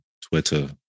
Twitter